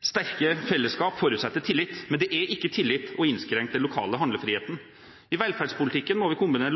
sterke fellesskap forutsetter tillit, men det er ikke tillit å innskrenke den lokale handlefriheten. I velferdspolitikken må vi kombinere